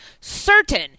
certain